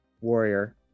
warrior